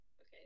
Okay